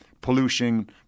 pollution